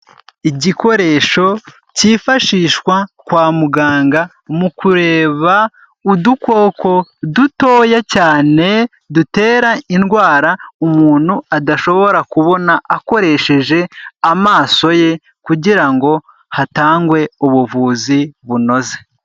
Igikoresho cyifashishwa kwa muganga mu kureba udukoko dutoya cyane dutera indwara umuntu adashobora kubona akoresheje amaso ye kugira ngo hatangwe ubuvuzi bunoze.